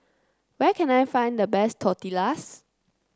where can I find the best Tortillas